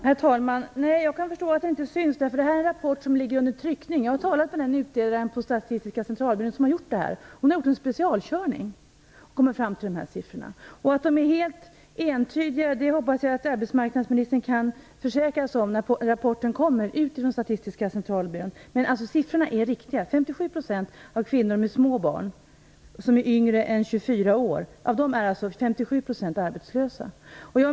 Herr talman! Jag kan förstå att det inte syns. Det är en rapport som är under tryckning. Jag har talat med den utredare på Statistiska centralbyrån som har gjort rapporten. Hon har gjort en specialkörning och kommit fram till dessa siffror. Jag hoppas att arbetsmarknadsministern kan försäkra sig om att de är helt entydiga när rapporten kommer ut från Statistiska centralbyrån. Siffrorna är riktiga. 57 % av alla kvinnor som är yngre än 24 år och har små barn är arbetslösa.